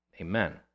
Amen